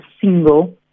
single